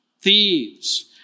thieves